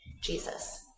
Jesus